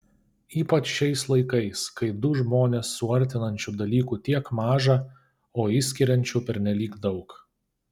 ypač šiais laikais kai du žmones suartinančių dalykų tiek maža o išskiriančių pernelyg daug